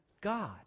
God